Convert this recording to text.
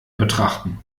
betrachten